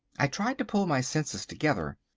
i tried to pull my senses together.